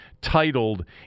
titled